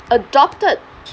adopted